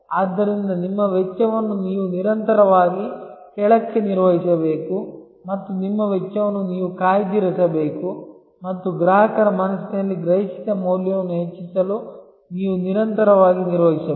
ಆದ್ದರಿಂದ ನಿಮ್ಮ ವೆಚ್ಚವನ್ನು ನೀವು ನಿರಂತರವಾಗಿ ಕೆಳಕ್ಕೆ ನಿರ್ವಹಿಸಬೇಕು ಮತ್ತು ನಿಮ್ಮ ವೆಚ್ಚವನ್ನು ನೀವು ಕಾಯ್ದಿರಿಸಬೇಕು ಮತ್ತು ಗ್ರಾಹಕರ ಮನಸ್ಸಿನಲ್ಲಿ ಗ್ರಹಿಸಿದ ಮೌಲ್ಯವನ್ನು ಹೆಚ್ಚಿಸಲು ನೀವು ನಿರಂತರವಾಗಿ ನಿರ್ವಹಿಸಬೇಕು